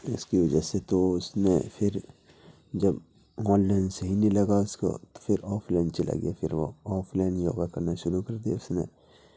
اس کی وجہ سے تو اس نے پھر جب آن لائن صحیح نہیں لگا اس کو تو پھر آف لائن چلا گیا پھر وہ آف لائن یوگا کرنا شروع كر دیا اس نے